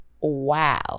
wow